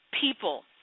People